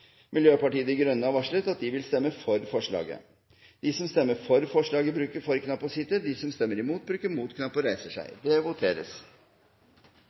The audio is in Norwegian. Miljøpartiet De Grønne har varslet at de subsidiært vil stemme for forslaget. SV har varslet at de vil stemme imot forslaget. Det voteres